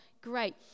great